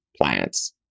plants